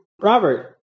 Robert